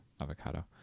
avocado